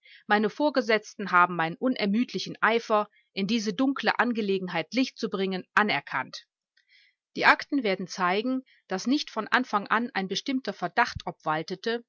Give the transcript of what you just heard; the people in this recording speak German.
meine vorgesetzten haben meinen unermüdlichen eifer in diese dunkle angelegenheit licht zu bringen anerkannt die akten werden zeigen daß nicht von anfang an ein bestimmter verdacht